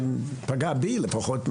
פגעה בי לפחות,